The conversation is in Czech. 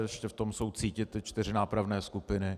Ještě v tom jsou cítit ty čtyři nápravné skupiny.